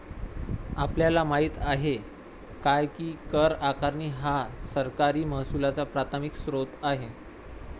आपल्याला माहित आहे काय की कर आकारणी हा सरकारी महसुलाचा प्राथमिक स्त्रोत आहे